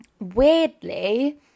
weirdly